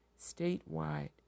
statewide